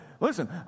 listen